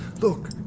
Look